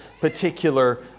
particular